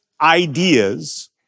ideas